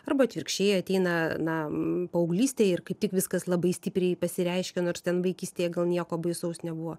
arba atvirkščiai ateina na paauglystė ir kaip tik viskas labai stipriai pasireiškia nors ten vaikystėje gal nieko baisaus nebuvo